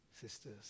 sisters